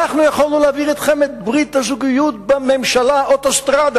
אנחנו יכולנו להעביר אתכם את ברית הזוגיות בממשלה אוטוסטרדה.